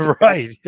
Right